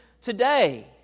today